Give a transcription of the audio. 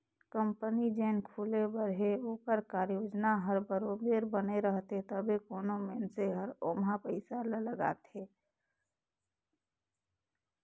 company जेन खुले बर हे ओकर कारयोजना हर बरोबेर बने रहथे तबे कोनो मइनसे हर ओम्हां पइसा ल लगाथे